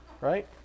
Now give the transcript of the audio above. right